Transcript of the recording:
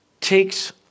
takes